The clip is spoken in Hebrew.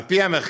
על פי המחקר,